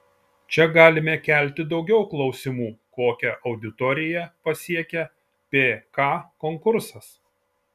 čia galime kelti daugiau klausimų kokią auditoriją pasiekia pk konkursas